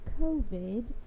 COVID